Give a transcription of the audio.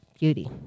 Beauty